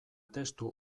testu